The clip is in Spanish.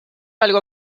algo